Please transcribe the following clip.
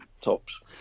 tops